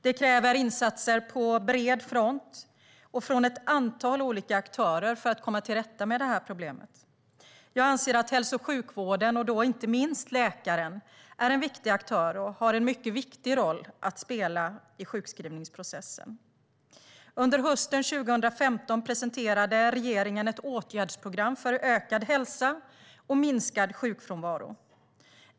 Det kräver insatser på bred front och från ett antal olika aktörer för att komma till rätta med problemet. Jag anser att hälso och sjukvården och inte minst läkaren är en viktig aktör och har en mycket viktig roll att spela i sjukskrivningsprocessen. Under hösten 2015 presenterade regeringen ett åtgärdsprogram för ökad hälsa och minskad sjukfrånvaro.